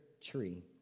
tree